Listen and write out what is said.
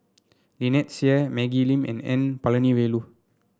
Lynnette Seah Maggie Lim and N Palanivelu